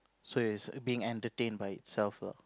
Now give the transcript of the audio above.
so it's being entertained by itself lah